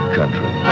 country